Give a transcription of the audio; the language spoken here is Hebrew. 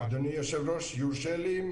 אדוני היושב ראש, יורשה לי כמה מילים?